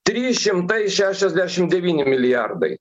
trys šimtai šešiasdešim devyni milijardai